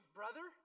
brother